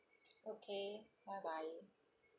okay bye bye